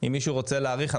אם מישהו רוצה להאריך,